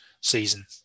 season